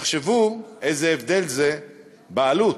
תחשבו איזה הבדל זה בעלות.